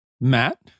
Matt